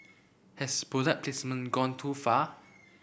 has product placement gone too far